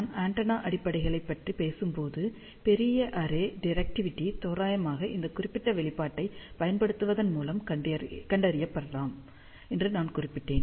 நான் ஆண்டெனா அடிப்படைகள் பற்றி பேசும்போது பெரிய அரே டிரெக்டிவிடி தோராயமாக இந்த குறிப்பிட்ட வெளிப்பாட்டைப் பயன்படுத்துவதன் மூலம் கண்டறியப்படலாம் என நான் குறிப்பிட்டேன்